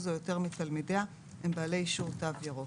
או יותר מתלמידיה הם בעלי אישור תו ירוק".